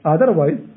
Otherwise